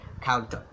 count